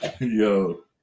Yo